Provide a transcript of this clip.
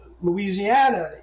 Louisiana